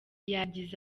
yagize